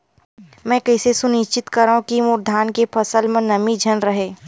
मैं कइसे सुनिश्चित करव कि मोर धान के फसल म नमी झन रहे?